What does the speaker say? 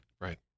Right